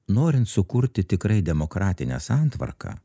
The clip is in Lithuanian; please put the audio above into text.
norin sukurti tikrai demokratinę santvarką